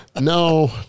No